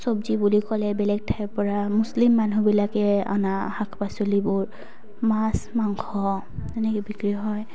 চব্জি বুলি ক'লে বেলেগ ঠাইৰ পৰা মুছলিম মানুহবিলাকে অনা শাক পাচলিবোৰ মাছ মাংস তেনেকৈ বিক্ৰী হয়